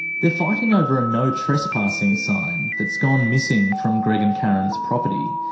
they're fighting over a no-trespassing sign that's gone missing from greg and karen's property.